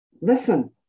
Listen